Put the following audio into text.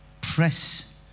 press